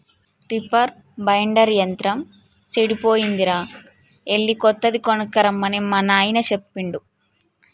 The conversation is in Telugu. రిపర్ బైండర్ యంత్రం సెడిపోయిందిరా ఎళ్ళి కొత్తది కొనక్కరమ్మని మా నాయిన సెప్పిండు